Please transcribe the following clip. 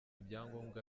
ibyangombwa